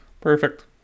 Perfect